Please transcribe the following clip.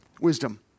wisdom